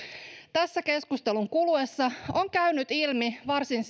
tässä keskustelun kuluessa on käynyt ilmi varsin